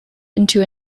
into